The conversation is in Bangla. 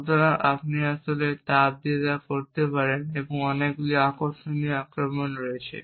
সুতরাং আপনি আসলে তাপ দিয়ে করতে পারেন এমন অনেকগুলি আকর্ষণীয় আক্রমণ রয়েছে